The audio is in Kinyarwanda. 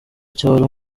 cyaro